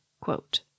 quote